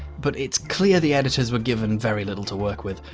but it's clear the editors were given very little to work with.